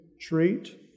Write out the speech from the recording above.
treat